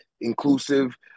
inclusive